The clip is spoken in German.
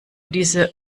diese